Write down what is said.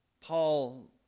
Paul